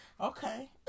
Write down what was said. Okay